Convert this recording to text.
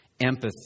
Empathy